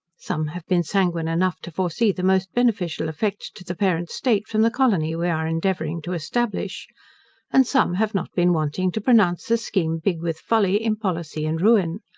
some have been sanguine enough to foresee the most beneficial effects to the parent state, from the colony we are endeavouring to establish and some have not been wanting to pronounce the scheme big with folly, impolicy, and ruin.